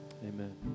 Amen